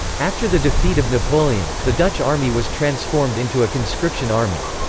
after the defeat of napoleon, the dutch army was transformed into a conscription army.